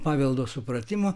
paveldo supratimo